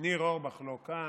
ניר אורבך לא כאן,